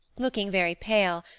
looking very pale,